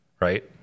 right